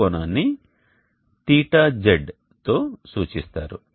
ఈ కోణాన్ని θzతో సూచిస్తారు